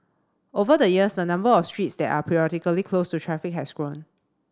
over the years the number of streets that are periodically closed to traffic has grown